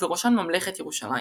ובראשן ממלכת ירושלים.